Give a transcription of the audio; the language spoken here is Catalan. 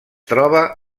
troba